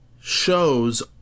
shows